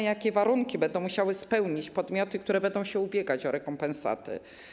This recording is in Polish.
Jakie warunki będą musiały spełnić podmioty, które będą się ubiegać o rekompensatę?